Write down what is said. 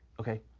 okay.